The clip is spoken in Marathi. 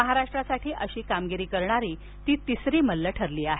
महाराष्ट्रासाठी अशी कामगिरी करणारी ती तिसरी मल्ल ठरली आहे